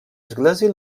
església